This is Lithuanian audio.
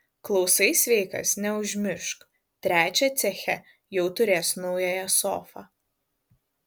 klausai sveikas neužmiršk trečią ceche jau turės naująją sofą